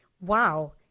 Wow